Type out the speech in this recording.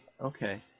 Okay